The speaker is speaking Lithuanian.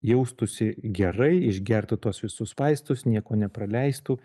jaustųsi gerai išgertų tuos visus vaistus nieko nepraleistų